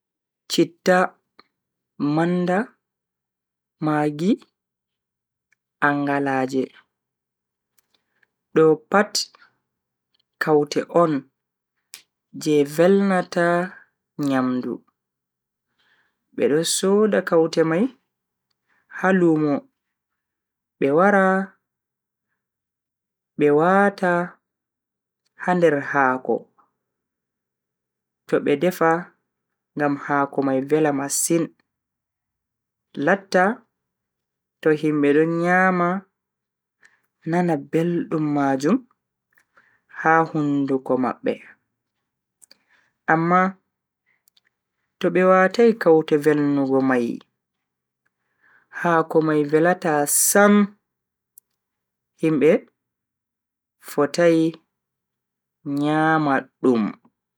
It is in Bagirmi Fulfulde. Citta, manda, maggi, angalaaje. Do pat kaute on je velnata nyamdu. Be do sooda kaute mai ha lumo be wara be wata ha nder haako to be defa ngam haako mai vela masin latta to himbe do nyama nana beldum majum ha hunduko mabbe. Amma to be watai kaute velnugo mai, haako mai velata sam himbe fotai nyama dum.